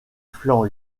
flancs